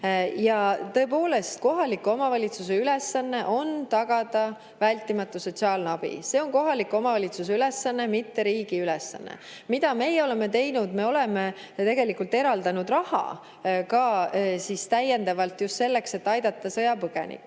Ja tõepoolest, kohaliku omavalitsuse ülesanne on tagada vältimatu sotsiaalabi, see on kohaliku omavalitsuse ülesanne, mitte riigi ülesanne. Mida meie oleme teinud? Me oleme tegelikult eraldanud raha ka täiendavalt just selleks, et aidata sõjapõgenikke. Nüüd,